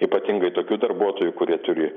ypatingai tokių darbuotojų kurie turi